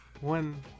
one